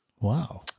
Wow